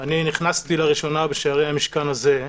אני נכנסתי לראשונה בשערי המשכן הזה,